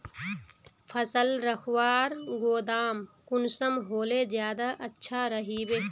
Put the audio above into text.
फसल रखवार गोदाम कुंसम होले ज्यादा अच्छा रहिबे?